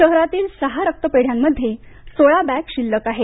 शहरातील सहा रक्तपेढ्यांमध्ये सोळा बॅग शिल्लक आहेत